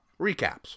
recaps